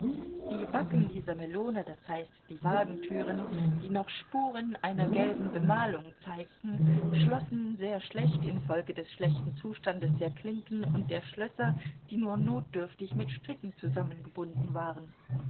die backen dieser melone das heißt die wagentüren die noch spuren einer gelben bemalung zeigten schlossen sehr schlecht infolge des schlechten zustandes der klinken und der schlösser die nur notdürftig mit stricken zusammengebunden waren